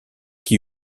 qui